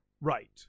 Right